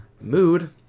mood